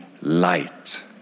light